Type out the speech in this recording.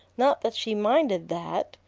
not that she minded that,